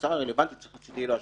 שהשר הרלוונטי צריך שתהיה לו השפעה,